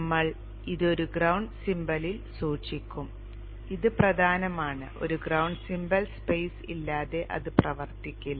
നമ്മൾ ഇത് ഒരു ഗ്രൌണ്ട് സിംബലിൽ സൂക്ഷിക്കും ഇത് പ്രധാനമാണ് ഒരു ഗ്രൌണ്ട് സിംബൽ സ്പൈസ് ഇല്ലാതെ ഇത് പ്രവർത്തിക്കില്ല